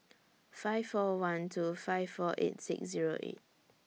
five four one two five four eight six Zero eight